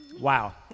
Wow